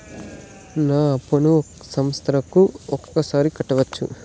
నా అప్పును సంవత్సరంకు ఒకసారి కట్టవచ్చా?